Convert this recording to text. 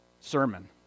sermon